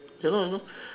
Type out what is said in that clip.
hello hello